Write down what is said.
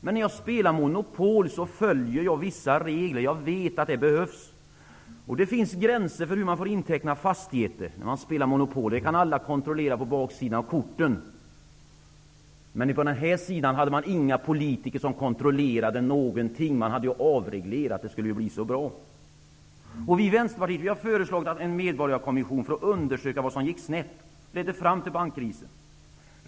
Men när jag spelar Monopol följer jag vissa regler; jag vet att det behövs regler. Det finns gränser för hur man får inteckna fastigheter när man spelar Monopol -- det kan alla kontrollera på baksidan av korten. Men från den här sidan hade man inga politiker som kontrollerade någonting -- man hade avreglerat, och det skulle bli så bra. Vi i Vänsterpartiet har föreslagit en medborgarkommission för att undersöka vad som gick snett och ledde fram till bankkrisen.